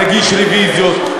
נגיש רוויזיות,